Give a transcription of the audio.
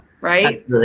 right